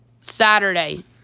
Saturday